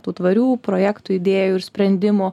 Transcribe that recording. tų tvarių projektų idėjų ir sprendimų